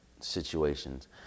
situations